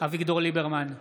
אביגדור ליברמן,